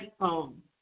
home